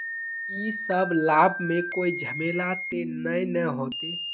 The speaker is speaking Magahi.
इ सब लाभ में कोई झमेला ते नय ने होते?